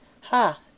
Ha